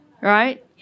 right